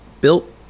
built